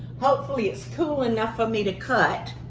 hopefully it's cool enough for me to cut.